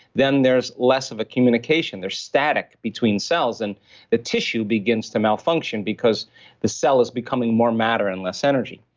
then there's less of a communication they're static between cells, and the tissue begins to malfunction because the cell is becoming more matter and less energy.